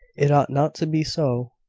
it ought not to be so.